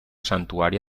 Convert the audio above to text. santuari